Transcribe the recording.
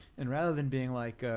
and rather than being like,